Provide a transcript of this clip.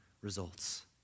results